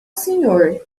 senhor